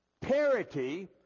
Parity